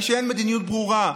שאין מדיניות ברורה,